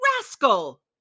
rascal